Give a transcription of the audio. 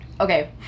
okay